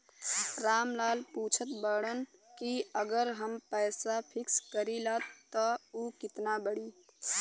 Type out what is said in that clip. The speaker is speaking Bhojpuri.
राम लाल पूछत बड़न की अगर हम पैसा फिक्स करीला त ऊ कितना बड़ी?